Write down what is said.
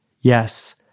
Yes